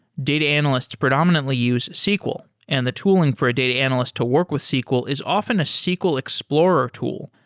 data analysts predominantly use sql and the tooling for a data analyst to work with sql is often a sql explorer tool,